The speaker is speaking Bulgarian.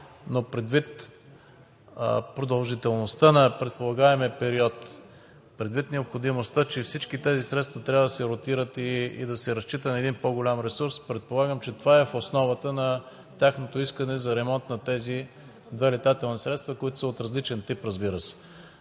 но предвид продължителността на предполагаемия период, предвид необходимостта, че всички тези средства трябва да се ротират и да се разчита на един по-голям ресурс, предполагам, че това е в основата на тяхното искане за ремонт на тези две летателни средства, които са от различен тип, разбира се.